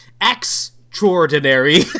extraordinary